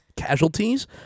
casualties